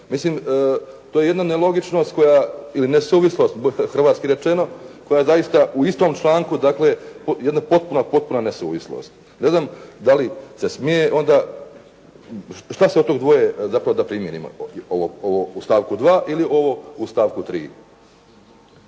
mislim to je jedan nelogičnost koja ili nesuvislost, hrvatski rečeno koja zaista u istom članku, dakle, jedna potpuna, potpuna nesuvislost. Gledam da li se smije onda, šta se od toga dvoje, zapravo da primijenimo ovo u stavku 2. ili ovo u stavku 3.?